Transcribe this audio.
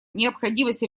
необходимость